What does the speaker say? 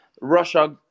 Russia